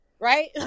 right